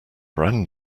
brand